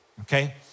okay